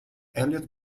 elliot